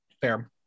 Fair